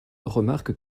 remarque